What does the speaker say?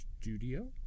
studio